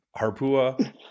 harpua